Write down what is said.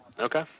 Okay